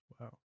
Wow